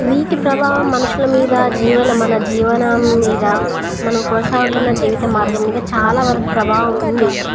వీటి ప్రభావం మనుషుల మీద జీవనం మన జీవనం మీద మనం కొనసాగుతున్న జీవిత మార్గం మీద చాలా వరకు ప్రభావం ఉంది